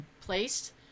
placed